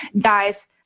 Guys